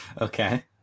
Okay